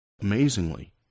Amazingly